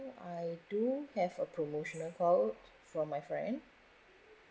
I do have a promotional code from my friend